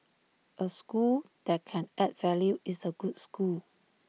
A school that can add value is A good school